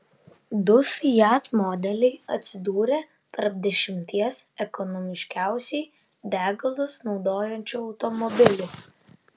du fiat modeliai atsidūrė tarp dešimties ekonomiškiausiai degalus naudojančių automobilių